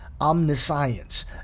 Omniscience